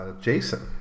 jason